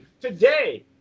today